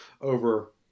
over